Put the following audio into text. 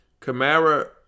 Kamara